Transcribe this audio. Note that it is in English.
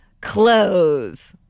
clothes